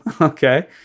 okay